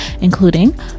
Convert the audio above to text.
including